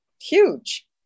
huge